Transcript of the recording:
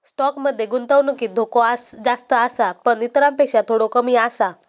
stock मध्ये गुंतवणुकीत धोको जास्त आसा पण इतरांपेक्षा थोडो कमी आसा